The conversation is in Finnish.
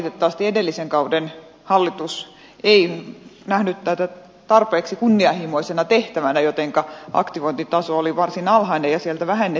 valitettavasti edellisen kauden hallitus ei nähnyt tätä tarpeeksi kunnianhimoisena tehtävänä jotenka aktivointitaso oli varsin alhainen ja sieltä jopa vähennettiin rahoitusta